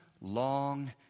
long